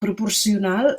proporcional